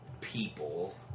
people